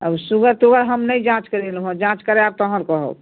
अब सुगर तुगर हम नहि जाँच करयलहुँ हँ जाँच करायब तहन कहब